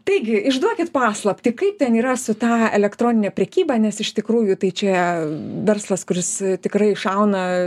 taigi išduokit paslaptį kaip ten yra su ta elektronine prekyba nes iš tikrųjų tai čia verslas kuris tikrai šauna